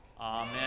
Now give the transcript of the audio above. Amen